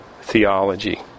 theology